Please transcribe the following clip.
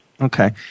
Okay